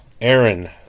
Aaron